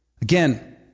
Again